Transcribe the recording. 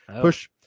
push